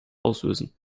auslösen